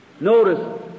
notice